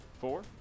four